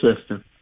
system